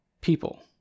people